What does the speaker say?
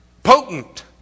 Potent